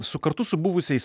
su kartu su buvusiais